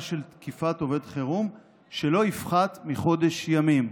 של תקיפת עובד חירום שלא יפחת מחודש ימים.